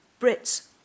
Brits